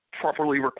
properly